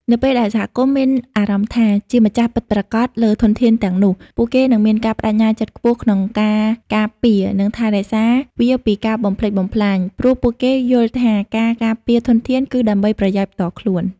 នៅពេលដែលសហគមន៍មានអារម្មណ៍ថា ជាម្ចាស់ពិតប្រាកដលើធនធានទាំងនោះ ពួកគេនឹងមានការប្ដេជ្ញាចិត្តខ្ពស់ក្នុងការការពារ និងថែរក្សាវាពីការបំផ្លិចបំផ្លាញ ព្រោះពួកគេយល់ថាការការពារធនធាន គឺដើម្បីប្រយោជន៍ផ្ទាល់ខ្លួន។